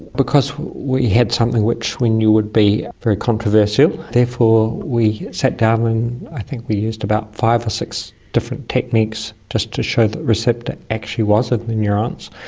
because we had something which we knew would be very controversial, therefore we sat down and i think we used about five or six different techniques just to show the receptor actually was at the neurons.